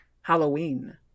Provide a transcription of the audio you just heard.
Halloween